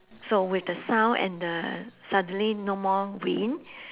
so with the sound and the suddenly no more wind